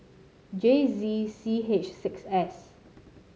J Z C H six S